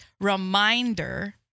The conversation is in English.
reminder